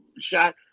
shot